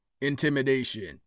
Intimidation